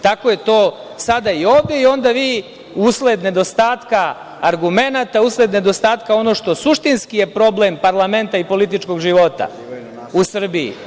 Tako je to sada i ovde i onda vi, usled nedostatka argumenata, usled nedostatka ono što je suštinski problem parlamenta i političkog života u Srbiji.